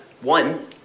one